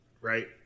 Right